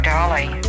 Dolly